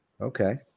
Okay